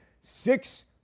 six